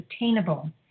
attainable